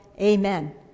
Amen